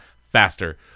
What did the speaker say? faster